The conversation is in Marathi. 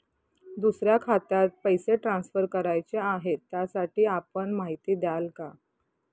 दुसऱ्या खात्यात पैसे ट्रान्सफर करायचे आहेत, त्यासाठी आपण माहिती द्याल का?